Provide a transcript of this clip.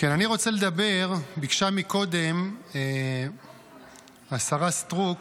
ביקשה קודם השרה סטרוק